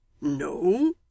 No